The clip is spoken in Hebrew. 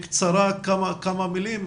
בקצרה כמה מילים?